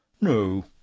no,